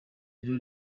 rero